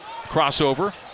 Crossover